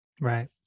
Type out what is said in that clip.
Right